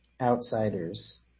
outsiders